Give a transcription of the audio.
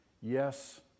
Yes